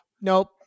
nope